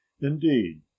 indeed